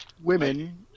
women